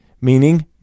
meaning